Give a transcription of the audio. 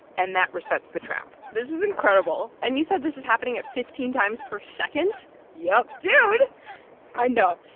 and that resets the trap this is incredible. and you said this is happening at fifteen times per second yep dude i know.